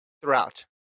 throughout